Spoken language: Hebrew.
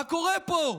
מה קורה פה?